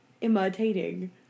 imitating